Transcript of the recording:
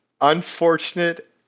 unfortunate